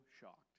shocked